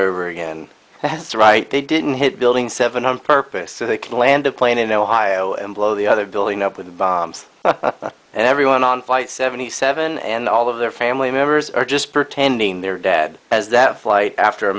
over again that's right they didn't hit building seven on purpose so they can land a plane in ohio and blow the other building up with bombs and everyone on flight seventy seven and all of their family members are just pretending they're dead as that flight after a